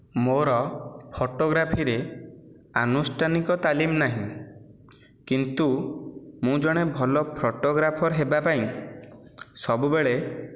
ମୋର ଫଟୋଗ୍ରାଫିରେ ଆନୁଷ୍ଠାନିକ ତାଲିମ ନାହିଁ କିନ୍ତୁ ମୁଁ ଜଣେ ଭଲ ଫଟୋଗ୍ରାଫର ହେବା ପାଇଁ ସବୁବେଳେ